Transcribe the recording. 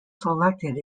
selected